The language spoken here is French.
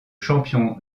champion